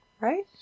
Right